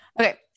Okay